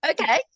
Okay